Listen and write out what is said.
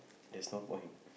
there's no point